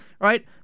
right